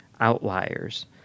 outliers